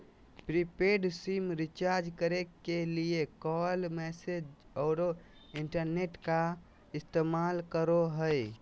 prepaid sim recharge करे के लिए कॉल, मैसेज औरो इंटरनेट का इस्तेमाल करो हइ